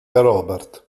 robert